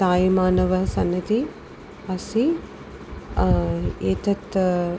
तायिमानवसमिति अस्ति एतत्